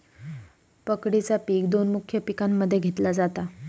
पकडीचा पिक दोन मुख्य पिकांमध्ये घेतला जाता